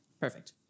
perfect